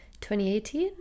2018